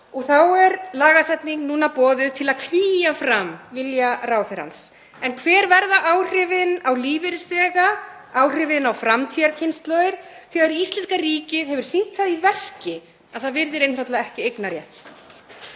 Og þá er lagasetning nú boðuð til að knýja fram vilja ráðherrans. En hver verða áhrifin á lífeyrisþega, áhrifin á framtíðarkynslóðir þegar íslenska ríkið hefur sýnt það í verki að það virðir einfaldlega ekki eignarrétt?